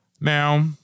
Now